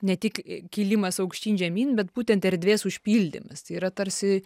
ne tik kilimas aukštyn žemyn bet būtent erdvės užpildymas tai yra tarsi